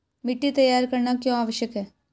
मिट्टी तैयार करना क्यों आवश्यक है?